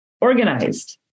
organized